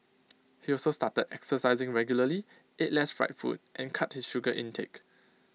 he also started exercising regularly ate less fried food and cut his sugar intake